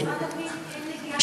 למשרד הפנים אין נגיעה בכלל?